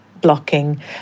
blocking